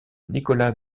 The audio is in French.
nicolas